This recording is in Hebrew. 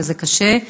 וזה קשה.